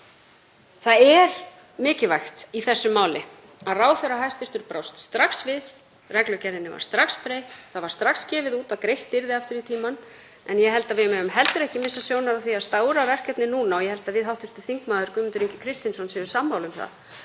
Það er mikilvægt í þessu máli að hæstv. ráðherra brást strax við, reglugerðinni var strax breytt, það var strax gefið út að greitt yrði aftur í tímann, en ég held að við megum heldur ekki missa sjónar á því að stóra verkefnið núna, og ég held að við hv. þm. Guðmundur Ingi Kristinsson séum sammála um það,